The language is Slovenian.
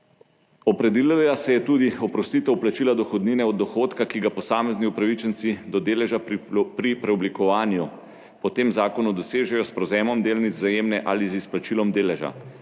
Opredelila se je tudi oprostitev plačila dohodnine od dohodka, ki ga posamezni upravičenci do deleža pri preoblikovanju po tem zakonu dosežejo s prevzemom delnic Vzajemne ali z izplačilom deleža.